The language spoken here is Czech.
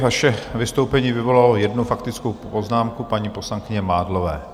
Vaše vystoupení vyvolalo jednu faktickou poznámku, paní poslankyně Mádlové.